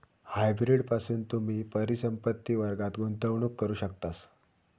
hybrid पासून तुम्ही परिसंपत्ति वर्गात गुंतवणूक करू शकतास